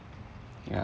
yeah